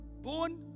Born